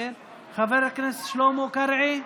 חבר הכנסת שלמה קרעי.